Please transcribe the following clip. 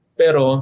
pero